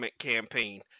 campaign